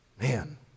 Man